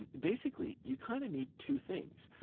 and basically you kind of need two things.